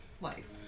life